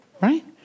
right